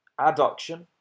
adduction